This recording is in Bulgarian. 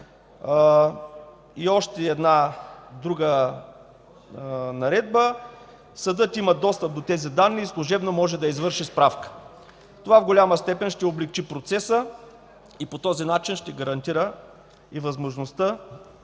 2009 г. и друга наредба съдът има достъп до тези данни и служебно може да извърши справката. Това в голяма степен ще облекчи процеса и по този начин ще гарантира и възможността